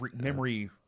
memory